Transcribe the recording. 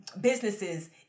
businesses